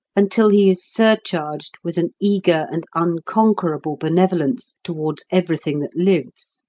until he is surcharged with an eager and unconquerable benevolence towards everything that lives